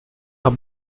are